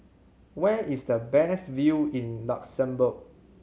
where is the best view in Luxembourg